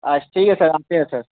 اچھا ٹھیک ہے سر آتے ہیں سر